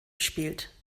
spielt